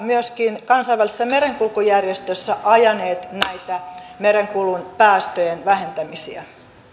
myöskin kansainvälisessä merenkulkujärjestössä ajaneet näitä merenkulun päästöjen vähentämisiä